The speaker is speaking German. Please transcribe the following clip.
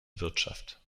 wirtschaft